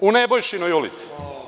U Nebojšinoj ulici.